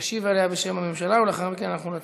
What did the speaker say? ישיב עליה, בשם הממשלה, ולאחר מכן נצביע.